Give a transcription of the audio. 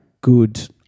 good